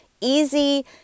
easy